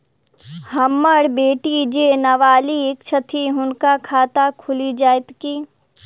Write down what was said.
हम्मर बेटी जेँ नबालिग छथि हुनक खाता खुलि जाइत की?